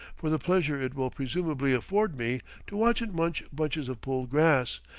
for the pleasure it will presumably afford me to watch it munch bunches of pulled grass,